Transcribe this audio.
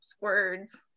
words